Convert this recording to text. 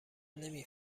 نمی